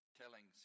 telling